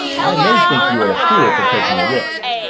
i may think you are a fool for taking the risk,